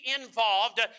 involved